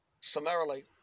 summarily